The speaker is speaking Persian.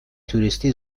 توریستی